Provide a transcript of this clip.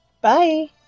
Bye